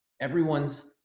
everyone's